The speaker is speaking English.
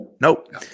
Nope